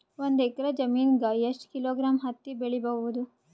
ಒಂದ್ ಎಕ್ಕರ ಜಮೀನಗ ಎಷ್ಟು ಕಿಲೋಗ್ರಾಂ ಹತ್ತಿ ಬೆಳಿ ಬಹುದು?